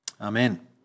Amen